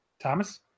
Thomas